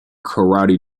karate